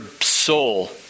soul